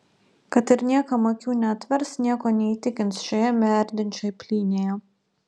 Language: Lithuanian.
kad ir niekam akių neatvers nieko neįtikins šioje merdinčioj plynėje